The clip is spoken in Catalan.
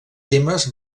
temes